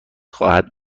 خواهد